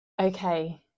Okay